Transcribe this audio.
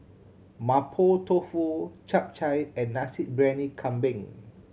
Mapo Tofu Chap Chai and Nasi Briyani Kambing